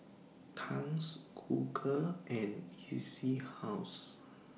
Tangs Google and E C House